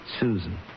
Susan